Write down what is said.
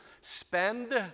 Spend